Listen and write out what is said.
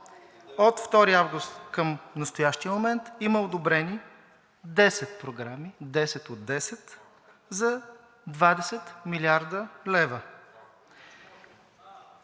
От 2 август към настоящия момент има одобрени 10 програми – 10 от 10 за 20 млрд. лв.